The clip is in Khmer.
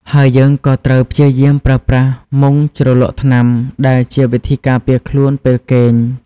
ហើយយើងក៏ត្រូវព្យាយាមប្រើប្រាស់ មុងជ្រលក់ថ្នាំ ដែលជាវិធីការពារខ្លួនពេលគេង។